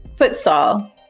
Futsal